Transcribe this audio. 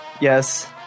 Yes